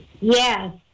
Yes